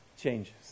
changes